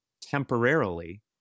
temporarily